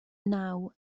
naw